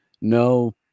no